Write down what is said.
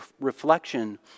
reflection